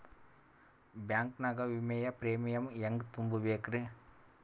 Bank ನಾಗ ವಿಮೆಯ premium ಹೆಂಗ್ ತುಂಬಾ ಬೇಕ್ರಿ?